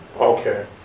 Okay